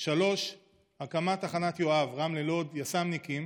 3. הקמת תחנת יואב רמלה-לוד, יס"מניקים,